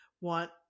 want